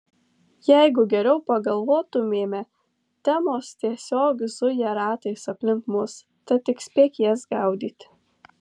jeigu geriau pagalvotumėme temos tiesiog zuja ratais aplink mus tad tik spėk jas gaudyti